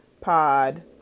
pod